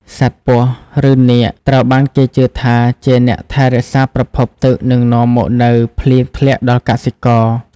សត្វពស់ ឬនាគ ត្រូវបានគេជឿថាជាអ្នកថែរក្សាប្រភពទឹក និងនាំមកនូវភ្លៀងធ្លាក់ដល់កសិករ។